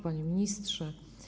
Panie Ministrze!